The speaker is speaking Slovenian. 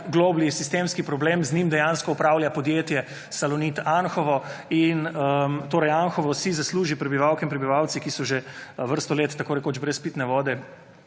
globlji sistemski problem. Z njim dejansko upravlja podjetje Salonit Anhovo. Torej, Anhovo si zasluži, prebivalke in prebivalci, ki so že vrsto let tako rekoč brez pitne vode,